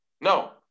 No